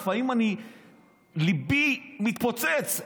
לפעמים ליבי מתפוצץ,